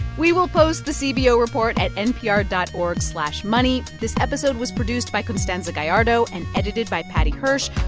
we will post the cbo report at npr dot org slash money. this episode was produced by constanza gallardo and edited by paddy hirsch.